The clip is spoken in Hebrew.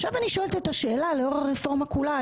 עכשיו אני שואלת את השאלה לאור הרפורמה כולה,